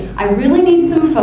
i really need